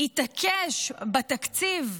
התעקש בתקציב,